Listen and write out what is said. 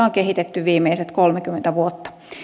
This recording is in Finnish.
on kehitetty viimeiset kolmekymmentä vuotta